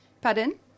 pardon